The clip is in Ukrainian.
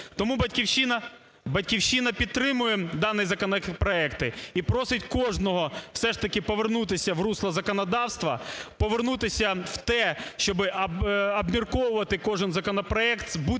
Тому "Батьківщина" підтримує дані законопроекти і просить кожного все ж таки повернутися в русло законодавства, повернутися в те, щоб обмірковувати кожен законопроект,